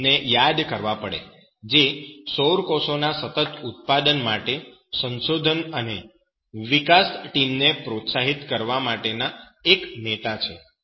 W Fraser Russell ને યાદ રાખવા પડે જે સૌર કોષોના સતત ઉત્પાદન માટે સંશોધન અને વિકાસ ટીમને પ્રોત્સાહિત કરવા માટેના એક નેતા છે